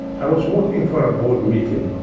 i was walking for a board meeting.